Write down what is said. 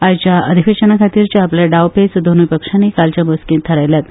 आयच्या अधिवेशनाखातीरचे आपले डावपेच दोनूय पक्षांनी कालच्या बसकेन थारायल्यात